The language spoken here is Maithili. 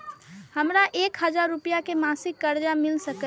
हमरा एक हजार रुपया के मासिक कर्जा मिल सकैये?